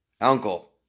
uncle